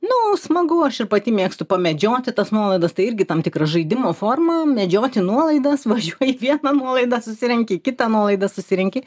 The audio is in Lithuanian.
nu smagu aš ir pati mėgstu pamedžioti tas nuolaidas tai irgi tam tikra žaidimo forma medžioti nuolaidas važiuoji vieną nuolaidą susirenki kitą nuolaidą susirenki